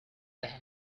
that